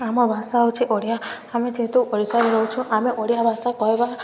ଆମ ଆମ ଭାଷା ହେଉଛି ଓଡ଼ିଆ ଆମେ ଯେହେତୁ ଓଡ଼ିଶାରେ ରହୁଛୁ ଆମେ ଓଡ଼ିଆ ଭାଷା କହିବା